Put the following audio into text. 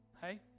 hey